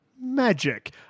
magic